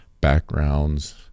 backgrounds